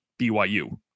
BYU